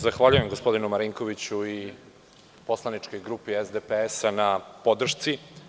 Zahvaljujem se gospodinu Marinkoviću i poslaničkoj grupi SDPS na podršci.